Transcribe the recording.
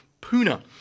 Puna